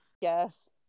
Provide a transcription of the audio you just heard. Yes